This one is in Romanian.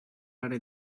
are